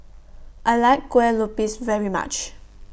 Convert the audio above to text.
I like Kueh Lupis very much